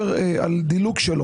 לאפשר לדלג עליו.